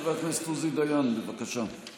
חבר הכנסת עוזי דיין, בבקשה.